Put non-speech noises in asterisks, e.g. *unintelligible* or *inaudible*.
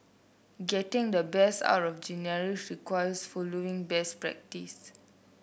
getting the best out of *unintelligible* requires following best practice